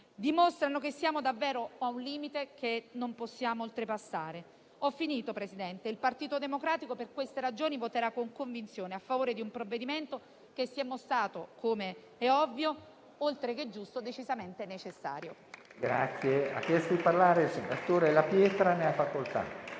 dimostrano che siamo davvero a un limite che non possiamo oltrepassare. Presidente, il Partito Democratico per queste ragioni voterà con convinzione a favore di un provvedimento che si è mostrato - come è ovvio - oltre che giusto, decisamente necessario.